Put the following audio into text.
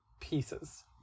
pieces